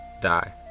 die